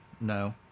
No